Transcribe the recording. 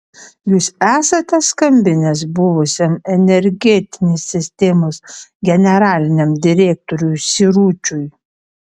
jūs esate skambinęs buvusiam energetinės sistemos generaliniam direktoriui siručiui